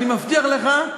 אני מבטיח לך,